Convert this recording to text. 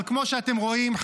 אבל כמו שאתם רואים,